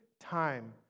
time